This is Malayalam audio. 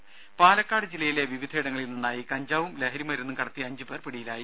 രംഭ പാലക്കാട് ജില്ലയിലെ വിവിധയിടങ്ങളിൽ നിന്നായി കഞ്ചാവും ലഹരിമരുന്നും കടത്തിയ അഞ്ച് പേർ പിടിയിലായി